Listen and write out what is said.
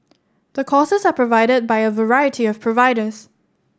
the courses are provided by a variety of providers